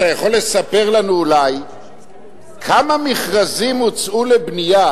אתה יכול לספר לנו אולי כמה מכרזים הוצאו לבנייה